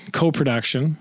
co-production